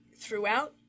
throughout